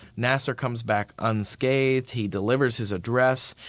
nasser comes back unscathed, he delivers his address,